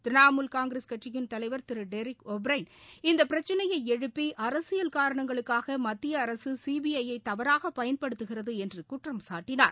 திரிணமூல் காங்கிரஸ் கட்சியின் தலைவர் திரு டெரிக் ஒப்ரையன் இந்த பிரச்சினையை எழுப்பி அரசியல் காரணங்களுக்காக மத்திய அரசு சிபிஐ யை தவறாக பயன்படுத்துகிறது என்று குற்றம்சாட்டினார்